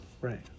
right